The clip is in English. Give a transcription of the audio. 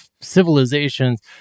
civilizations